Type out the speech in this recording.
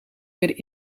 weer